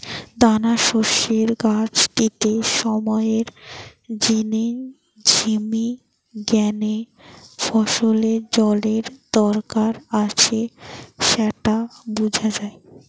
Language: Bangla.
দানাশস্যের গাছটিকে সময়ের জিনে ঝিমি গ্যানে ফসলের জলের দরকার আছে স্যাটা বুঝা যায়